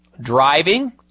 Driving